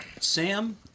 Sam